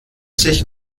sich